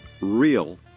real